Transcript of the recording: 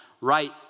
right